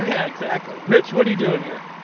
yeah exactly. rich what are you doing here.